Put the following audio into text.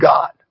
God